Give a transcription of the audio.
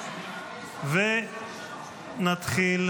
בועז טופורובסקי,